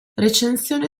recensione